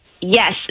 Yes